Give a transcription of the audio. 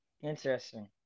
interesting